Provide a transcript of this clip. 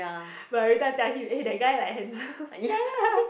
but everytime tell him eh that guy like handsome